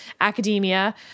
academia